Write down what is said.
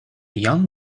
young